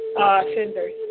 offenders